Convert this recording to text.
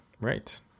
Right